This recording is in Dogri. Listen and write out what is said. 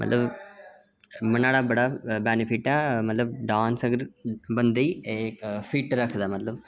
मतलब एह्दा बी बड़ा बैनिफिट ऐ बंदे गी मतलब फिट रखदा